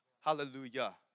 hallelujah